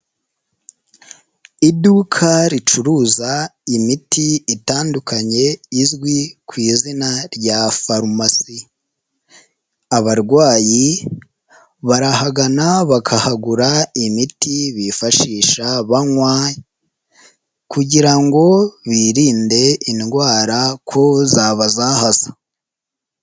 Iduka ricuruza imiti itandukanye izwi ku izina rya farumasi, abarwayi barahagana bakahagura imiti bifashisha banywa kugira ngo birinde indwara ko zabazahaza.